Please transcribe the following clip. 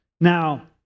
Now